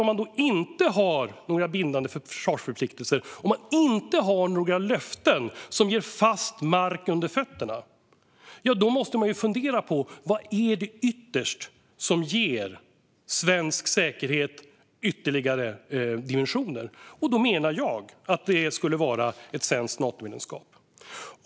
Om man då inte har några bindande försvarsförpliktelser och om man inte har några löften som ger fast mark under fötterna är det klart att man måste fundera på vad det ytterst är som ger svensk säkerhet ytterligare dimensioner. Jag menar att det skulle vara ett svenskt Natomedlemskap.